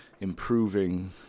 improving